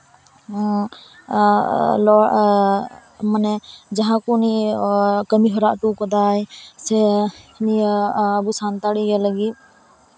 ᱱᱚᱣᱟ ᱢᱟᱱᱮ ᱡᱟᱦᱟᱸ ᱠᱚ ᱩᱱᱤ ᱠᱟᱹᱢᱤᱦᱚᱨᱟ ᱚᱴᱚᱣ ᱠᱟᱫᱟᱭ ᱱᱤᱭᱟᱹ ᱟᱵᱚ ᱥᱟᱱᱛᱟᱲᱤ ᱤᱭᱟᱹ ᱞᱟᱹᱜᱤᱫ